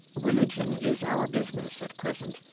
religion is our business at present,